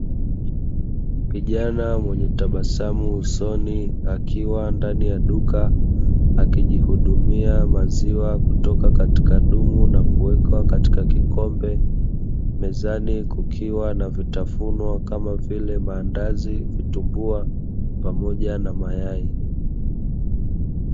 Kijana mwenye tabasamu usoni, akiwa ndani ya duka, akijihudumia maziwa kutoka katika dumu akiweka katika kikombe, mezani kukiwa na vitafunwa kama vile; mandazi, vitumbua pamoja na mayai.